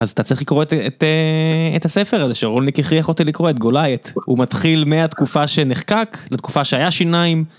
אז אתה צריך לקרוא את הספר הזה, שרוניק הכי יכולת לקרוא את גולייט. הוא מתחיל מהתקופה שנחקק לתקופה שהיה שיניים.